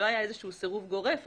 לא היה סירוב גורף,